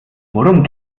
worum